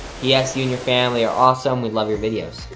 p s. you and your family are awesome, we love your videos.